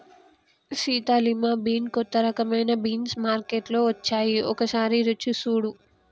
Sita lima bean కొత్త రకమైన beans మార్కేట్లో వచ్చాయి ఒకసారి రుచి సుడు